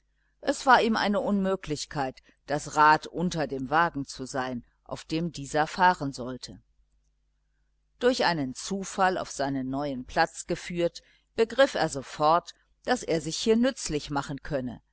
es war ihm eine unmöglichkeit das rad unter dem wagen zu sein auf dem dieser fahren sollte durch einen zufall auf seinen neuen platz geführt begriff er sofort daß er sich hier nützlich machen könne